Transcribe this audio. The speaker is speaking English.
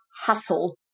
hustle